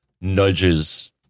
nudges